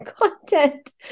content